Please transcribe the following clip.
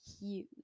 huge